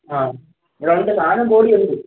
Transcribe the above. ആ ഇവിടെ ഉണ്ട് സാധനം ബോർഡിലുണ്ട്